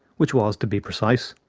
which was, to be precise,